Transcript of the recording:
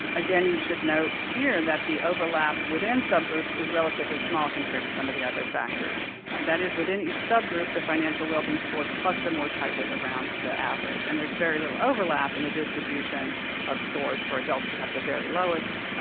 again, you should note here that the overlap within subgroups is relatively small compared to some of the other factors, and that is, within each subgroup, the financial wellbeing scores cluster more tightly around the average, and there's very little overlap in the distribution of scores for adults who have the very lowest,